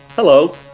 Hello